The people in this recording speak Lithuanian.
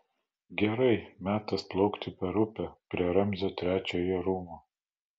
gerai metas plaukti per upę prie ramzio trečiojo rūmų